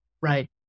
right